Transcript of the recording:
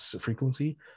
frequency